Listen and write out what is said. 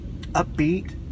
upbeat